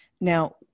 Now